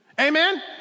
Amen